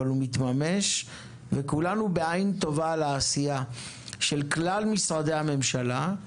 אבל הוא מתממש וכולנו בעין טובה על העשייה של כלל משרדי הממשלה.